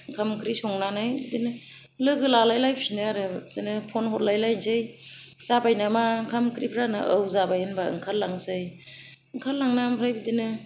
ओंखाम ओंख्रै संनानै बिदिनो लोगो लालायलायफिनो आरो बिदिनो फन हरलायलायनोसै जाबाय नामा ओंखाम ओंख्रिफोरानो औ जाबाय होनबा ओंखारलांसै ओंखारलांना ओमफ्राय बिदिनो